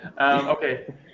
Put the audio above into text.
Okay